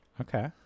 Okay